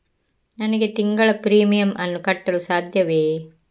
ನನಗೆ ತಿಂಗಳ ಪ್ರೀಮಿಯಮ್ ಅನ್ನು ಕಟ್ಟಲು ಸಾಧ್ಯವೇ?